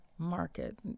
Market